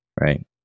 right